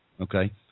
okay